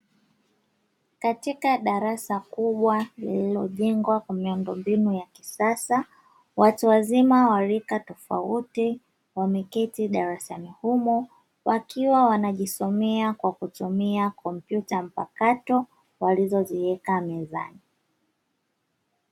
Katika darasa kubwa lililojengwa kwa miundombinu ya kisasa, watu wazima wa rika tofauti wameketi darasani humo, wakiwa wanajisomea kwa kutumia kompyuta mpakato walizoziweka mezani.